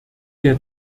der